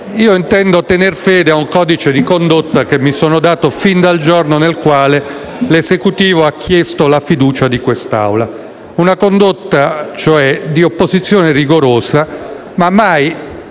intendo tener fede a un codice di condotta che mi sono dato fin dal giorno in cui l'Esecutivo ha chiesto la fiducia di quest'Assemblea. Una condotta, cioè, di opposizione rigorosa ma mai